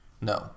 No